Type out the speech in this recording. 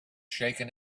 shaken